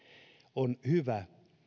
on hyvä